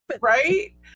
Right